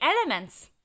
elements